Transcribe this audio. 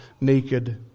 naked